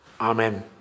Amen